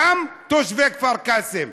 גם של תושבי כפר קאסם: